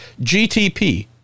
GTP